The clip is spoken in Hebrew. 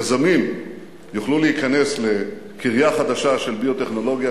יזמים יוכלו להיכנס לקריה חדשה של ביו-טכנולוגיה,